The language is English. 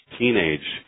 teenage